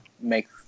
make